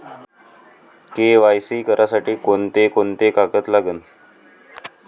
KYC करासाठी कोंते कोंते कागद लागन?